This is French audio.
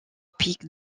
pic